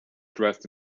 dressed